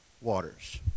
waters